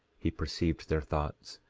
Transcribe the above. he perceived their thoughts,